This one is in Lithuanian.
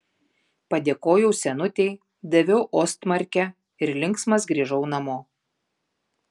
padėkojau senutei daviau ostmarkę ir linksmas grįžau namo